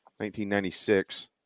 1996